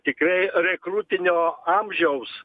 tikrai rekrūtinio amžiaus